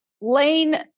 Lane